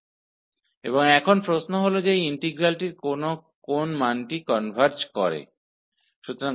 और अब प्रश्न यह है कि यह इंटीग्रल मान पर कनवर्ज करता है